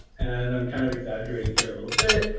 and i'm kind of exaggerating here a little bit.